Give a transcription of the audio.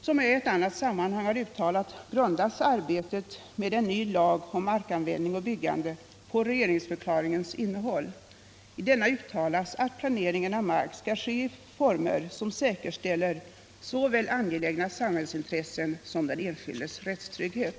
Som jag i annat sammanhang har uttalat grundas arbetet med en ny lag om markanvändning och byggande på regeringsförklaringens innehåll. I denna uttalas att planeringen av mark skall ske i former som säkerställer såväl angelägna samhällsintressen som den enskildes rättstrygghet.